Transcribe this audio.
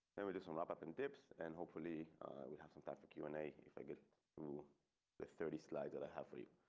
then we just went up up and dips and hopefully we have some time for q and a. if i could do this thirty slide that i have for you.